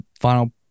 final